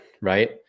right